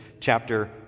chapter